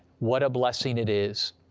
what a blessing it is!